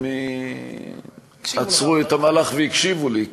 הם עצרו את המהלך והקשיבו לי,